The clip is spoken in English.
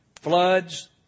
floods